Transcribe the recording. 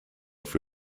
for